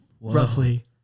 roughly